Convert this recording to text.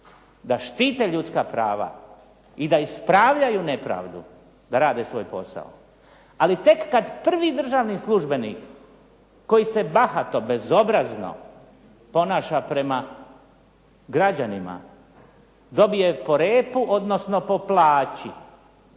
da štite ljudska prava i da ispravljaju nepravdu, da rade svoj posao. Ali tek kad prvi državni službenik koji se bahato, bezobrazno ponaša prema građanima dobije po repu odnosno po plaći,